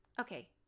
Okay